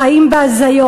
חיים בהזיות.